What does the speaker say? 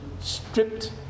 stripped